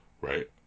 Right